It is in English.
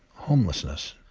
homelessness,